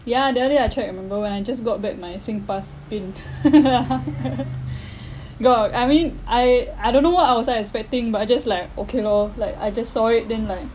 ya the other day I checked remember when I just got back my singpass pin got I mean I I don't know what I was uh expecting but I just like okay lor like I just saw it then like